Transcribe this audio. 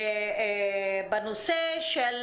בנושא של